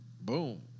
Boom